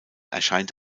erscheint